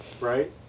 right